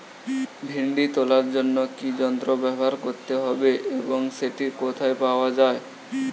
ভিন্ডি তোলার জন্য কি যন্ত্র ব্যবহার করতে হবে এবং সেটি কোথায় পাওয়া যায়?